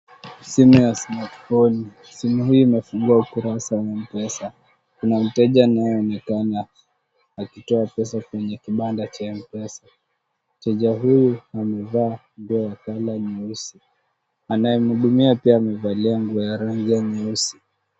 Simu ya smatifoni .Simu hii imefungua ukurasa wa mpesa. Kuna mteja anaonekana akitoa pesa kwenye kibanda cha mpesa. Mteja huyu amevaa nguo ya colour nyeusi. Anayemhudumia pia amevalia nguo ya rangi ya nyeusi.